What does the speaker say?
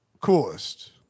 coolest